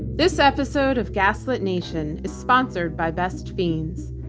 this episode of gaslit nation is sponsored by best fiends.